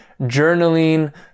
journaling